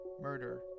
murder